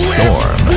Storm